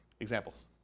Examples